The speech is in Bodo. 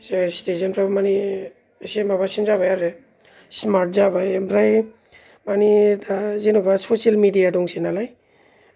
सिटिजेनफ्राबो माने एसे माबासिन जाबाय आरो स्मार्ट जाबाय ओमफ्राय माने दा जेन'बा ससियेल मेडिया दंसै नालाय